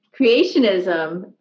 Creationism